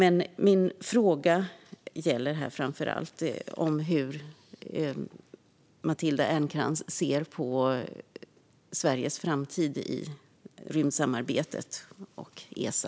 Min fråga gäller framför allt som sagt hur Matilda Ernkrans ser på Sveriges framtid i rymdsamarbetet och Esa.